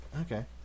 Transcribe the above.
Okay